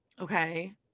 okay